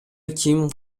ким